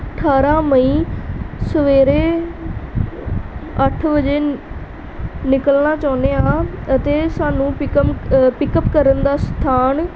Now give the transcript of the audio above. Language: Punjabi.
ਅਠਾਰ੍ਹਾਂ ਮਈ ਸਵੇਰੇ ਅੱਠ ਵਜੇ ਨਿਕਲਣਾ ਚਾਹੁੰਦੇ ਹਾਂ ਅਤੇ ਸਾਨੂੰ ਪਿਕਮ ਪਿਕਅੱਪ ਕਰਨ ਦਾ ਸਥਾਨ